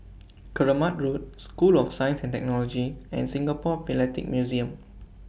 Keramat Road School of Science and Technology and Singapore Philatelic Museum